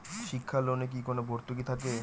শিক্ষার লোনে কি কোনো ভরতুকি থাকে?